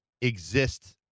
exist